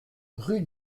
rue